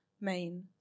main